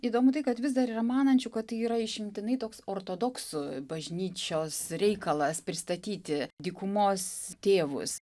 įdomu tai kad vis dar yra manančių kad yra išimtinai toks ortodoksų bažnyčios reikalas pristatyti dykumos tėvus